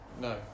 No